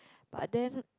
but then